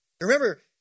Remember